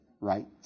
right